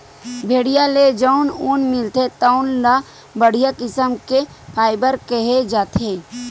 भेड़िया ले जउन ऊन मिलथे तउन ल बड़िहा किसम के फाइबर केहे जाथे